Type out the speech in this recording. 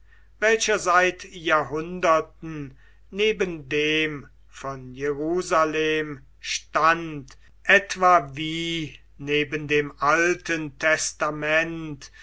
welcher seit jahrhunderten neben dem von jerusalem stand etwa wie neben dem alten testament